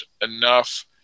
enough